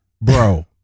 bro